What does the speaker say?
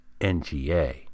NGA